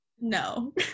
No